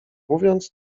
mówiąc